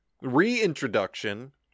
reintroduction